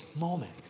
moment